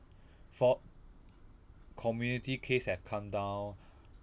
for community case have come down